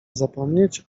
zapomnieć